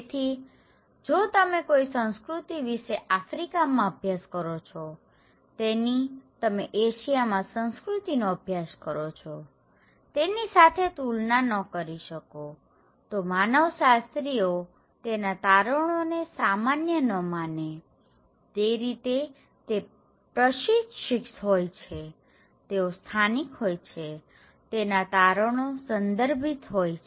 તેથી જો તમે કોઈ સંસ્કૃતિ વિશે આફ્રિકામાં અભ્યાસ કરો છો તેની તમે એશિયામાં સંસ્કૃતિનો અભ્યાસ કરો છો તેની સાથે તુલના ન કરી શકોતો માનવ શાસ્ત્રીઓ તેના તારણોને સામાન્ય ન માને તે રીતે તે પ્રશિક્ષીત હોય છેતેઓ સ્થાનિક હોય છેતેના તારણો સંદર્ભીત હોય છે